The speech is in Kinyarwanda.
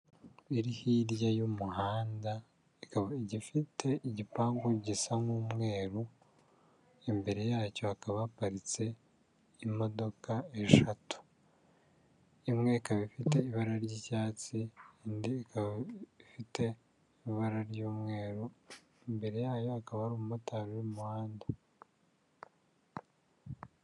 Iri hirya y'umuhanda ikaba igifite igipangu gisa n'umweru imbere yacyo hakaba haparitse imodoka eshatu, imwe ika ifite ibara ry'icyatsi indi ikaba ifite ibara ry'umweru imbere yayo hakaba hari umu motari uri mu muhanda.